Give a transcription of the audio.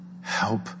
help